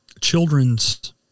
children's